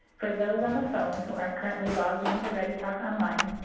for those on the phone who aren't currently logged in to ready talk online,